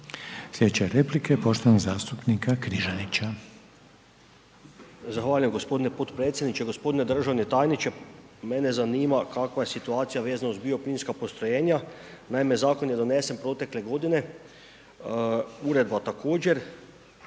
Sljedeća replika je poštovanog zastupnika Križanića. **Križanić, Josip (HDZ)** Zahvaljujem g. potpredsjedniče. G. državni tajniče, mene zanima kakva je situacija za bioplinska postrojenja. Naime, zakon je donesen protekle godine, uredba također.